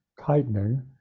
tightening